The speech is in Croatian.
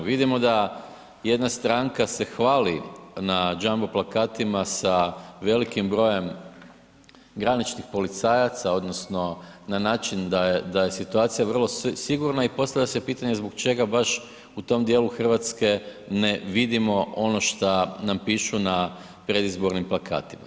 Vidimo da jedna stranka se hvali na jumbo plakatima sa velikim brojem graničnih policajaca odnosno na način da je situacija vrlo sigurno i postavlja se pitanje zbog čega baš u tom djelu Hrvatske ne vidimo ono šta nam pišu na predizbornim plakatima.